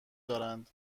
دارند